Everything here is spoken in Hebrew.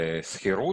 השכירות.